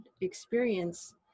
experience